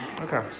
Okay